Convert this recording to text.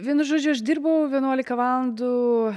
vienu žodžiu aš dirbau vienuolika valandų